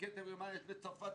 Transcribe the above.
יש בצרפת,